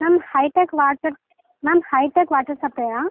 ma'am hitech water ma'am hitech water சப்ளையரா